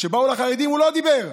כשבאו לחרדים הוא לא דיבר.